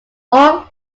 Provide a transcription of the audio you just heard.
all